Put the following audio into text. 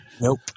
Nope